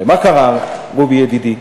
הרי מה קרה, רובי ידידי?